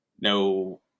no